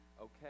okay